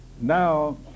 Now